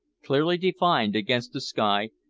clearly defined against the sky,